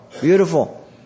Beautiful